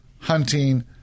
hunting